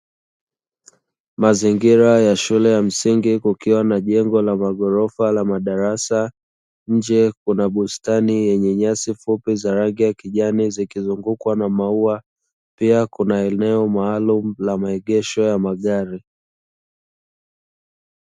Mazingira ya shule ya msingi kukiwa na jengo la maghorofa la madarasa, nje kuna bustani yenye nyasi fupi za rangi ya kijani zikizungukwa na maua, pia kuna eneo maalumu la maegesho ya magari.